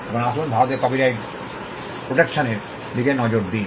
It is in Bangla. এখন আসুন ভারতে কপিরাইট প্রটেকশন এর দিকে নজর দিন